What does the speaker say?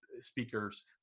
speakers